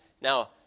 Now